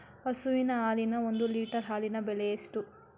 ಹಸುವಿನ ಹಾಲಿನ ಒಂದು ಲೀಟರ್ ಹಾಲಿನ ಬೆಲೆ ಎಷ್ಟು?